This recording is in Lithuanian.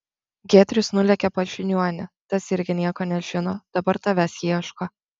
giedrius nulėkė pas žiniuonį tas irgi nieko nežino dabar tavęs ieško